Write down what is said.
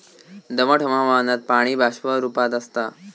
दमट हवामानात पाणी बाष्प रूपात आसता